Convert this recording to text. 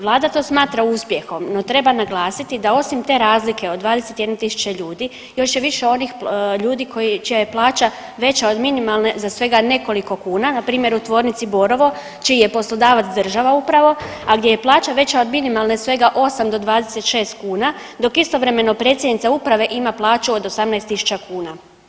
Vlada to smatra uspjehom, no treba naglasiti da osim te razlike od 21.000 ljudi još je više onih ljudi kojih je plaća veća od minimalne za svega nekoliko kuna npr. u tvornici Borovo čiji je poslodavac država upravo, a gdje je plaća veća od minimalne svega 8 do 26 kuna dok istovremeno predsjednica uprave ima plaću od 18.000 kuna.